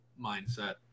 mindset